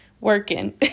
working